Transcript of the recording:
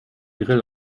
grill